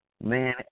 man